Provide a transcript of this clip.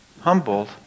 humbled